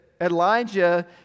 Elijah